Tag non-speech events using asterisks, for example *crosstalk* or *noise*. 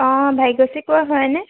অঁ *unintelligible* হয়নে